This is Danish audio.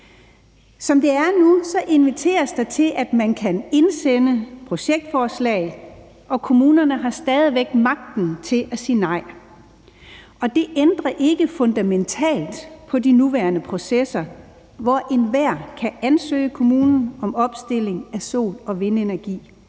Som det er nu, inviteres der til, at man kan indsende projektforslag, og at kommunerne stadig væk har magten til at sige nej, og det ændrer ikke fundamentalt på de nuværende processer, hvor enhver kan ansøge kommunen om opstilling af sol- og vindenergi